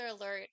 alert